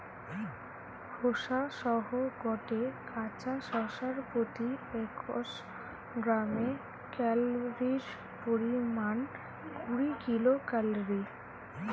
খোসা সহ গটে কাঁচা শশার প্রতি একশ গ্রামে ক্যালরীর পরিমাণ কুড়ি কিলো ক্যালরী